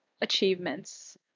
achievements